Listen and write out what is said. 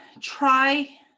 try